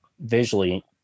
visually